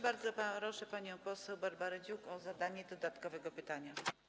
Bardzo proszę panią poseł Barbarę Dziuk o zadanie dodatkowego pytania.